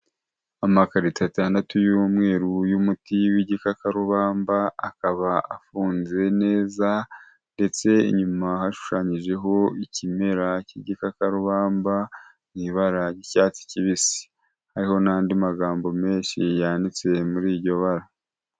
Amakarito atandatu y'umweru y'umuti w'igikakarubamba, akaba afunze neza ndetse inyuma hashushanyijeho ikimera cy'igikakarubamba, mu ibara ry'icyatsi kibisi, hariho nandi magambo menshi yanditse muri iryo bara.